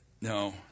No